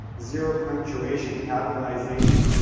zero punctuation, capitalization,